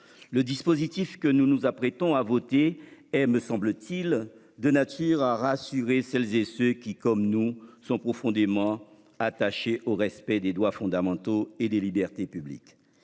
Le dispositif que nous nous apprêtons à voter est, me semble-t-il, de nature à rassurer celles et ceux qui, comme nous, sont profondément attachés au respect des droits fondamentaux et des libertés publiques.